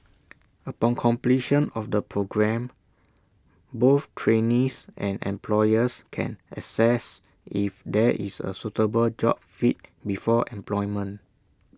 upon completion of the programme both trainees and employers can assess if there is A suitable job fit before employment